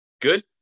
Good